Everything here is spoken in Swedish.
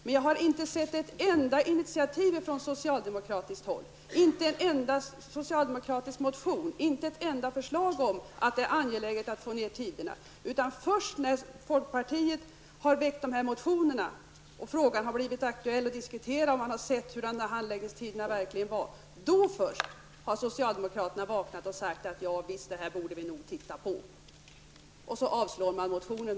Men jag har inte sett en enda initiativ från socialdemokratiskt håll -- inte en enda socialdemokratisk motion, inte ett enda förslag -- om att det är angeläget att förkorta handläggningstiderna. Det är först när folkpartiet har väckt dessa motioner och frågan har blivit aktuell att diskutera och när man har sett hur långa handläggningstiderna verkligen är som socialdemokraterna har vaknat och sagt att detta nog borde ses över. Sedan avslår man motionen.